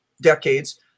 decades